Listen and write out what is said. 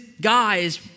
guys